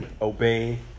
Obey